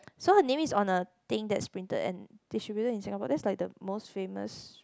so her name is on the things that printed and distributed in Singapore that's like the most famous